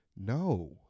No